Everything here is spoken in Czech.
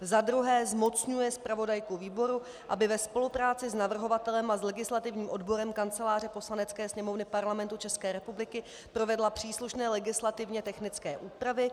2. zmocňuje zpravodajku výboru, aby ve spolupráci s navrhovatelem a s legislativním odborem Kanceláře Poslanecké sněmovny Parlamentu České republiky provedla příslušné legislativně technické úpravy,